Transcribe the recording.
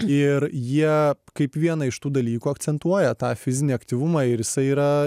ir jie kaip vieną iš tų dalykų akcentuoja tą fizinį aktyvumą ir jisai yra